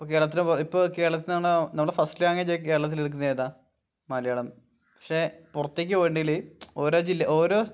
ഇപ്പം കേരളത്തിലിപ്പം ഇപ്പം കേരളത്തിൽ ഇന്ന് നമ്മുടെ ഫസ്റ്റ് ലാംഗ്വേജായി കേരളത്തില് നിൽക്കുന്നത് ഏതാ മലയാളം പക്ഷേ പുറത്തേക്ക് പോയിട്ടുണ്ടെങ്കിൽ ഓരോ ജില്ല ഓരോ